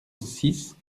six